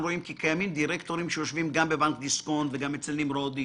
אנו רואים כי קיימים דירקטורים שיושבים גם בבנק דיסקונט וגם אצל נמרודי,